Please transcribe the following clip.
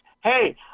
hey